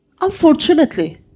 Unfortunately